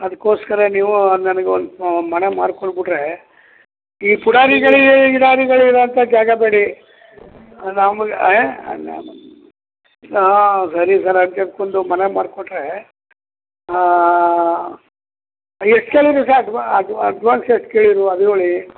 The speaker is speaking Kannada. ಅದಕ್ಕೋಸ್ಕರ ನೀವು ನನ್ಗೊಂದು ಮನೆ ಮಾಡಿಕೊಟ್ಬುಟ್ರೆ ಈ ಪುಢಾರಿಗಳಿಗೆ ಗಿಡಾರಿಗಳು ಇರುವಂಥ ಜಾಗ ಬೇಡಿ ನಮಗೆ ಹಾಂ ಸರಿ ಸರ್ ಅದಕ್ಕೆ ಅದಕ್ಕೊಂದು ಮನೆ ಮಾಡಿಕೊಟ್ರೆ ಎಷ್ಟು ಕೇಳಿರಿ ಸರ್ ಅಡ್ವ ಅಡ್ವ ಅಡ್ವಾನ್ಸ್ ಎಷ್ಟು ಕೇಳಿರಿ ಅದು ಹೇಳಿ